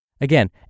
Again